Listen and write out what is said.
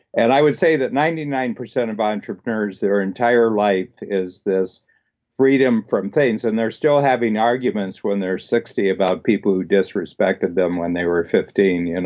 and i would say that ninety nine percent of entrepreneurs, their entire life is this freedom from things, and they're still having arguments when they're sixty about people who disrespected them when they were fifteen, and